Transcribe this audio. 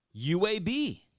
UAB